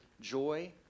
joy